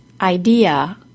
Idea